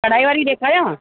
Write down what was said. कढ़ाई वारी ॾेखारियांव